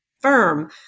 firm